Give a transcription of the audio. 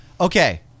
Okay